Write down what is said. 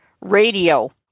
radio